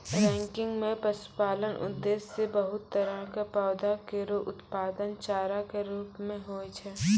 ranking म पशुपालन उद्देश्य सें बहुत तरह क पौधा केरो उत्पादन चारा कॅ रूपो म होय छै